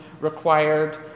required